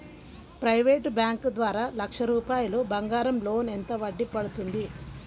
Private bank ద్వారా లక్ష రూపాయలు బంగారం లోన్ ఎంత వడ్డీ పడుతుంది?